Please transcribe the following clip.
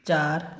ਚਾਰ